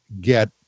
get